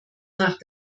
nach